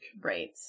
Right